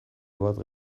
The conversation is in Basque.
bat